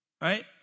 right